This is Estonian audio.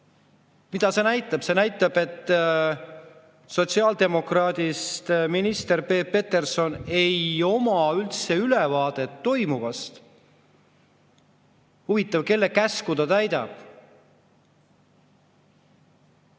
Mida see näitab? See näitab, et sotsiaaldemokraadist minister Peep Peterson ei oma üldse ülevaadet toimuvast. Huvitav, kelle käsku ta täidab?